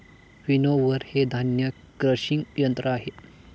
winnower हे धान्य crushing यंत्र आहे